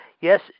Yes